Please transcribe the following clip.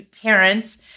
parents